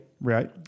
Right